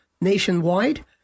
nationwide